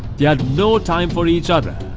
they had no time for each other.